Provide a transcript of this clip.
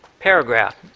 paragraph.